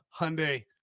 Hyundai